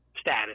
status